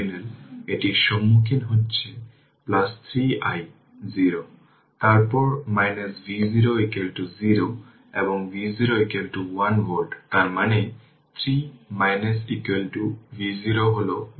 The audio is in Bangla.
সুতরাং এই 4 অ্যাম্পিয়ার কারেন্ট আসলে সরাসরি এর মধ্য দিয়ে যাবে শর্ট সার্কিট পাথ কারণ এই ক্ষেত্রে এটি অকার্যকর হবে এবং একই ক্ষেত্রে i যদি এটি অকার্যকর হয় মানে এই ix হবে 0